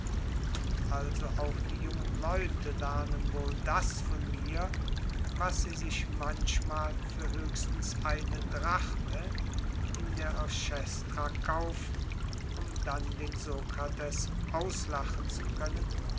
und also auch die jungen leute lernen wohl das von mir was sie sich manchmal für höchstens eine drachme in der orchestra kaufen um dann den sokrates auslachen zu können